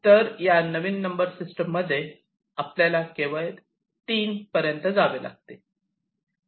तर या नवीन नंबर सिस्टम मध्ये आपल्याला केवळ 3 पर्यंत जावे लागते